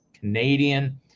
Canadian